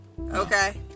Okay